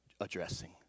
addressing